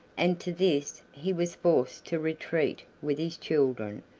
and to this he was forced to retreat with his children,